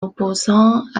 opposant